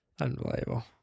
Unbelievable